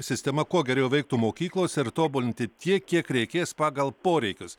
sistema kuo geriau veiktų mokyklose ir tobulinti tiek kiek reikės pagal poreikius